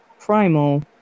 Primal